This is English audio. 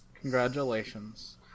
Congratulations